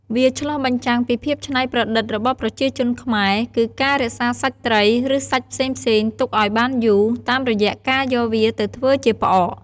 វាឆ្លុះបញ្ចាំងពីភាពច្នៃប្រឌិតរបស់ប្រជាជនខ្មែរ គឺការរក្សាសាច់ត្រី ឬ សាច់ផ្សេងៗទុកឱ្យបានយូរ តាមរយៈការយកវាទៅធ្វើជាផ្អក។